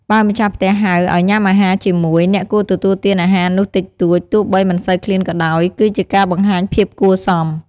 បើម្ចាស់ផ្ទះហៅឲ្យញុំាអាហារជាមួយ អ្នកគួរទទួលទានអាហារនោះតិចតួច ទោះបីមិនសូវឃ្លានក៏ដោយ គឺជាការបង្ហាញភាពគួរសម។